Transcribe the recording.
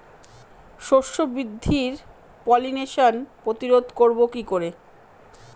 শস্য বৃদ্ধির পলিনেশান প্রতিরোধ করব কি করে?